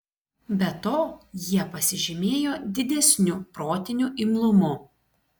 be to jie pasižymėjo didesniu protiniu imlumu